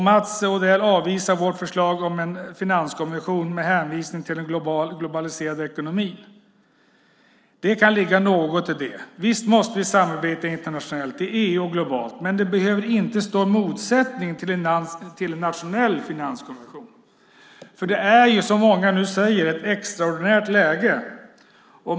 Mats Odell avvisar vårt förslag om en finanskommission med hänvisning till en globaliserad ekonomi. Det kan ligga något i det. Visst måste vi samarbeta internationellt i EU och globalt, men det behöver inte stå i motsättning till en nationell finanskommission. Det är ju, som många säger, ett extraordinärt läge.